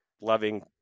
loving